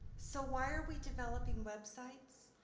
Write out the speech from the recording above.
so why are we developing websites?